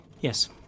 Yes